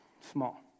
Small